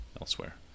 elsewhere